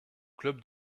club